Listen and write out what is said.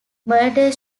murder